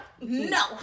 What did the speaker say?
no